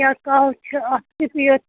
کیٛاہ قٔہوٕ چھِ اَتھ کٮُ۪تھ یہِ